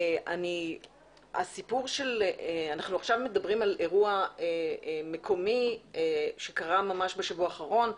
אנחנו עכשיו מדברים על אירוע מקומי שקרה ממש בשבוע האחרון.